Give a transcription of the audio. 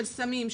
של סמים,